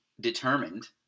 determined